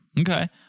Okay